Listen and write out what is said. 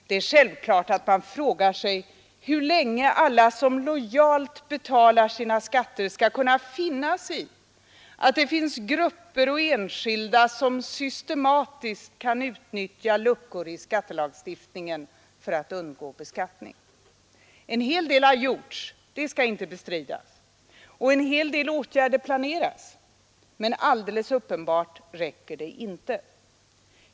Det är självklart att man frågar sig hur länge alla som lojalt betalar sina skatter skall kunna finna sig i att grupper av enskilda systematiskt kan utnyttja luckor i skattelagstiftningen för att undgå beskattning. En hel del har gjorts — det skall inte bestridas. Och en hel del åtgärder planeras. Men alldeles uppenbart räcker det inte.